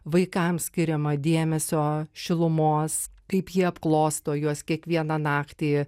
vaikams skiriama dėmesio šilumos kaip jie apklosto juos kiekvieną naktį